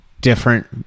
different